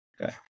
Okay